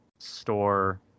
store